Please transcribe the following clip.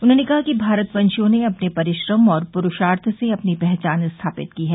उन्होंने कहा कि भारतवंशियों ने अपने परिश्रम और प्रूषार्थ से अपनी पहचान स्थापित की है